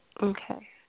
okay